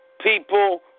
people